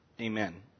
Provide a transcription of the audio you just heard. Amen